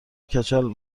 کچل